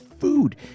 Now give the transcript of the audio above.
food